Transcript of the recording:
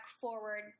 forward